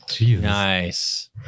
nice